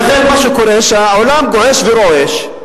ולכן, מה שקורה זה שהעולם גועש ורועש,